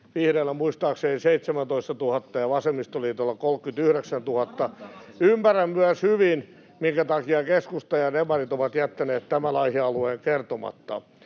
vihreillä muistaakseni 17 000 ja vasemmistoliitolla 39 000. Ymmärrän myös hyvin, minkä takia keskusta ja demarit ovat jättäneet tämän aihealueen kertomatta.